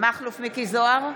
מכלוף מיקי זוהר,